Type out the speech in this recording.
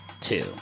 two